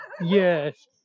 yes